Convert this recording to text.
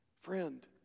Friend